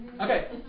Okay